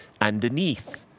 underneath